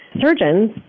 surgeons